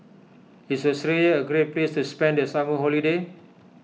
is Austria a great place to spend the summer holiday